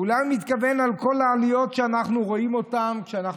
אולי הוא מתכוון לכל העליות שאנחנו רואים כשאנחנו